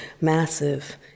massive